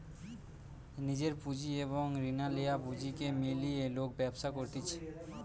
নিজের পুঁজি এবং রিনা লেয়া পুঁজিকে মিলিয়ে লোক ব্যবসা করতিছে